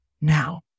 now